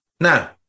Now